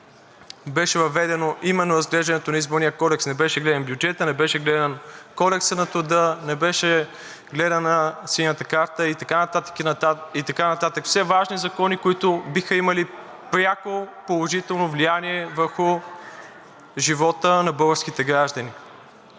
беше въведено именно разглеждането на Изборния кодекс, не беше гледан бюджетът, не беше гледан Кодексът на труда, не беше гледана Синята карта и така нататък, и така нататък, все важни закони, които биха имали пряко положително влияние върху живота на българските граждани.